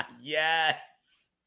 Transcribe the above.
Yes